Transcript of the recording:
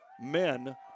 men